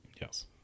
Yes